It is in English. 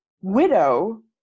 widow